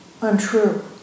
untrue